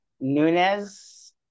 Nunez